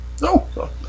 No